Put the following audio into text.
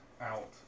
out